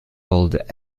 old